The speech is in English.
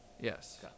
Yes